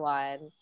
one